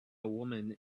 woman